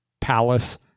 Palace